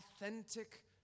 authentic